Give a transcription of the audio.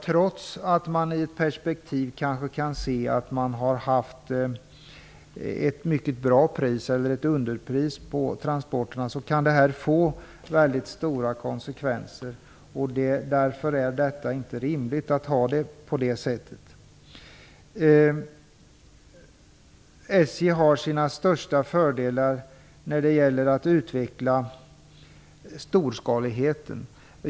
Även om man i ett perspektiv kan se att man haft ett mycket bra pris, kanske ett underpris på transporterna, så kan en sådan prishöjning få väldigt stora konsekvenser. Det är inte rimligt att ha det så. SJ har sina största fördelar när det gäller att utveckla storskaligheten.